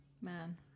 man